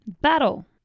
Battle